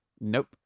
Nope